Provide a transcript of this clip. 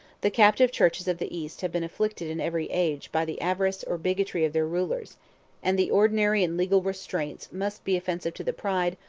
the captive churches of the east have been afflicted in every age by the avarice or bigotry of their rulers and the ordinary and legal restraints must be offensive to the pride,